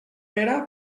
era